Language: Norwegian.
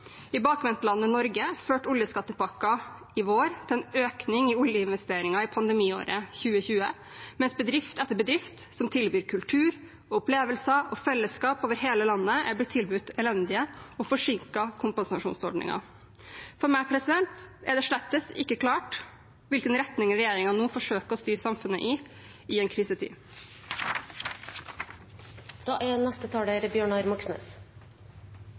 I bakvendtlandet Norge førte oljeskattepakken i vår til en økning i oljeinvesteringer i pandemiåret 2020, mens bedrift etter bedrift som tilbyr kultur, opplevelser og fellesskap over hele landet, er blitt tilbudt elendige og forsinkede kompensasjonsordninger. For meg er det slett ikke klart hvilken retning regjeringen nå forsøker å styre samfunnet i, i en krisetid. Det prates pent om dugnad, men det er